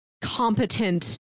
competent